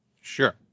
sure